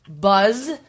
Buzz